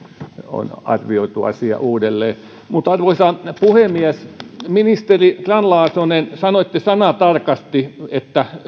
on arvioitu asia uudelleen arvoisa puhemies ministeri grahn laasonen sanoitte sanatarkasti että